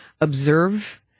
observe